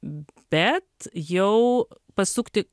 bet jau pasukti